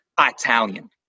Italian